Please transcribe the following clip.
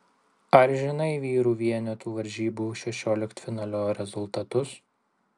ar žinai vyrų vienetų varžybų šešioliktfinalio rezultatus